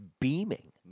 beaming